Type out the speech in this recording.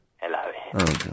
hello